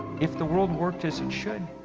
if the world worked as it should,